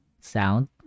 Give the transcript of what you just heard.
sound